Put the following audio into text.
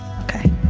Okay